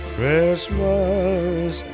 Christmas